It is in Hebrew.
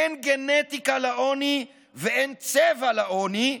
אין גנטיקה לעוני ואין צבע לעוני,